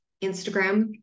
Instagram